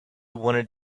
wanted